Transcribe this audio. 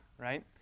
Right